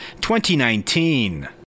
2019